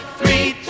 three